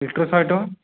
litre ଶହେ ଟଙ୍କା